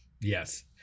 Yes